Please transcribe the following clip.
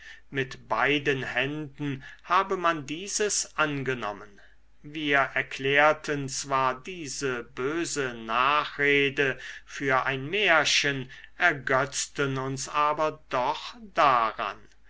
mit beiden händen habe man dieses angenommen wir erklärten zwar diese böse nachrede für ein märchen ergötzten uns aber doch daran